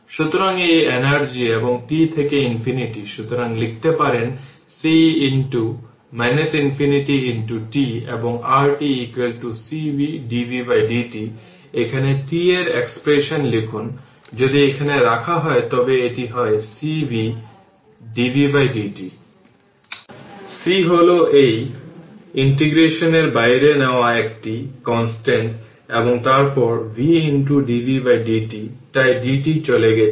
সুতরাং এই এনার্জি এবং t থেকে ইনফিনিটি সুতরাং লিখতে পারেন c ইনফিনিটি t এবং r t cv dvdt এখানে t এর এক্সপ্রেশন লিখুন যদি এখানে রাখা হয় তবে এটি হয় cv dvdt c হল এই ∫ এর বাইরে নেওয়া একটি কনস্ট্যান্ট এবং তারপর v dvdt তাই dt চলে গেছে